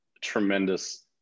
tremendous